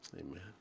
Amen